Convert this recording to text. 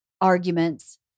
arguments